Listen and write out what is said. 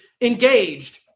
engaged